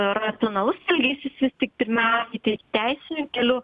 racionalus elgesys vis tik pirmiausiai teis teisiniu keliu